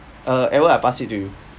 uh edward I pass it to you